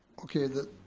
okay, the